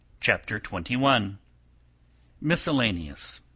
chapter twenty one miscellaneous